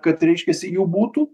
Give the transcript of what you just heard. kad reiškiasi jų būtų